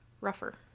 rougher